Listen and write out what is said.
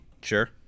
Sure